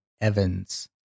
Evans